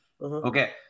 okay